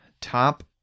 top